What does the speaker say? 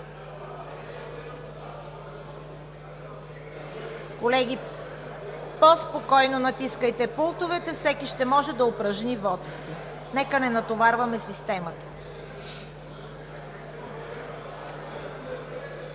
Колеги, по-спокойно натискайте пултовете, всеки ще може да упражни вота си! Нека не натоварваме системата.